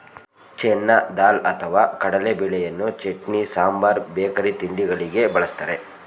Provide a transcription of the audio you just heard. ಚೆನ್ನ ದಾಲ್ ಅಥವಾ ಕಡಲೆಬೇಳೆಯನ್ನು ಚಟ್ನಿ, ಸಾಂಬಾರ್ ಬೇಕರಿ ತಿಂಡಿಗಳಿಗೆ ಬಳ್ಸತ್ತರೆ